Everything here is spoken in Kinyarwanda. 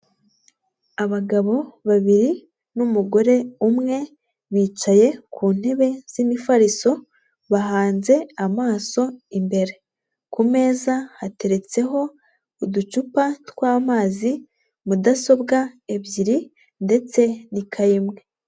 Abagabo babiri n'umugore umwe bicaye ku ntebe z'imifariso, bahanze amaso imbere. Ku meza hateretseho uducupa tw'amazi, mudasobwa ebyiri ndetse n'ikayi imwe.